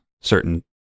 certain